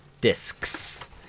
discs